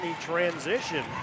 transition